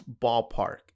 ballpark